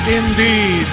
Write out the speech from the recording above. indeed